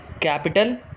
Capital